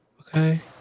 okay